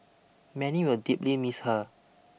many will deeply miss her